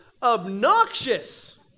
obnoxious